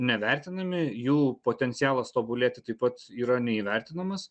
nevertinami jų potencialas tobulėti taip pat yra neįvertinamas